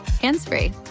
hands-free